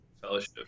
Fellowship